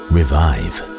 Revive